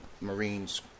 Marines